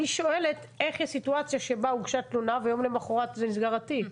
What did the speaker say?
אני שואלת איך יש סיטואציה שבה הוגשה תלונה ויום למחרת נסגר התיק.